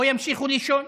או ימשיכו לישון,